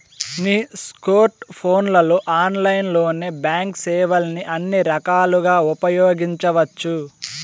నీ స్కోర్ట్ ఫోన్లలో ఆన్లైన్లోనే బాంక్ సేవల్ని అన్ని రకాలుగా ఉపయోగించవచ్చు